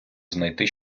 знайти